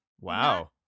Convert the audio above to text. Wow